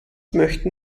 möchten